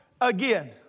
again